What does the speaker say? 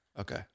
okay